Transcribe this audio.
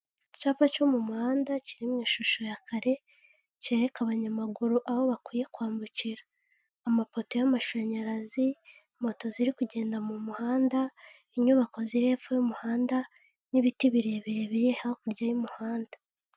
Icyapa cyo mu muhanda kiri mu ishusho ya kare cyereka abanyamaguru aho bakwiye kwambukira; amapoto y'amashanyarazi, moto ziri kugenda mu muhanda, inyubako ziri hepfo y'umuhanda n'ibiti birebirebire biri hakurya y'umuhanda.